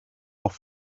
off